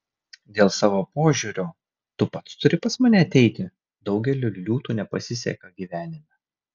dėl savo požiūrio tu pats turi pas mane ateiti daugeliui liūtų nepasiseka gyvenime